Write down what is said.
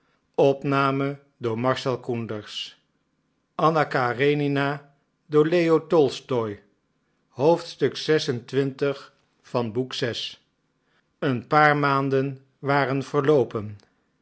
een paar maanden waren verloopen